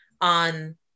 on